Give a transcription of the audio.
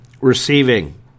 Receiving